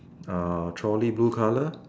uh trolley blue colour